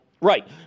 Right